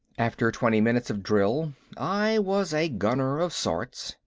after twenty minutes of drill i was a gunner of sorts,